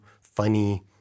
funny